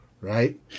Right